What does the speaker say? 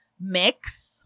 mix